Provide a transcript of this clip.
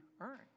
earn